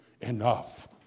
enough